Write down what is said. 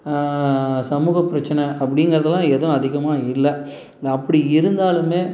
சமூக பிரச்சனை அப்படிங்கிறதெல்லாம் எதுவும் அதிகமாக இல்லை அப்படி இருந்தாலுமே